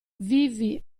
vivi